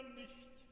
nicht